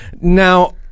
Now